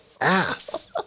Ass